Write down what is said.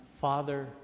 Father